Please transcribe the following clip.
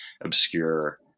obscure